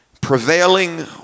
prevailing